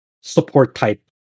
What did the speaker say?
support-type